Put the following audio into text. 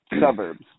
suburbs